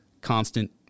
constant